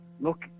Look